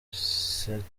century